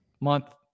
month